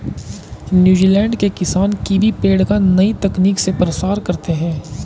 New Zealand के किसान kiwi पेड़ का नई तकनीक से प्रसार करते हैं